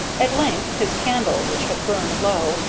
at length his candle, which had burned low,